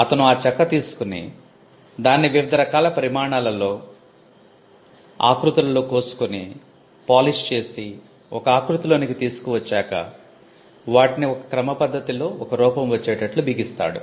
అతను ఆ చెక్క తీసుకుని దాన్ని వివిధ రకాల పరిమాణాలలో ఆకృతులలో కోసుకుని పోలిష్ చేసి ఒక ఆకృతి లోనికి తీసుకు వచ్చాక వాటిని ఒక క్రమ పద్దతిలో ఒక రూపం వచ్చేటట్లు బిగిస్తాడు